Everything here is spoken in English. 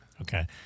okay